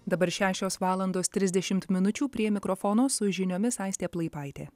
dabar šešios valandos trisdešimt minučių prie mikrofono su žiniomis aistė plaipaitė